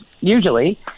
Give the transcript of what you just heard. usually